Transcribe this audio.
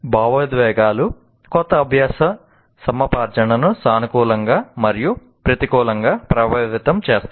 భావోద్వేగాలు కొత్త అభ్యాస సముపార్జనను సానుకూలంగా మరియు ప్రతికూలంగా ప్రభావితం చేస్తాయి